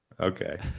Okay